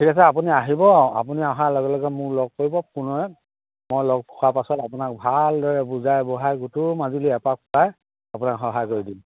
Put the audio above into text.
ঠিক আছে আপুনি আহিব আপুনি অহাৰ লগে লগে মোক লগ কৰিব ফোনেৰে মই লগ খোৱাৰ পিছত আপোনাক ভালদৰে বুজাই বহাই গোটেই মাজুলী এপাক ফুৰাই আপোনাক সহায় কৰি দিম